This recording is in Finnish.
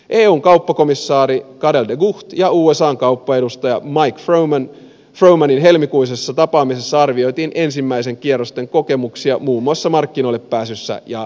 eun kauppakomissaari karel de guchtin ja usan kauppaedustaja mike fromanin helmikuisessa tapaamisessa arvioitiin ensimmäisten kierrosten kokemuksia muun muassa markkinoillepääsyssä ja sääntelyssä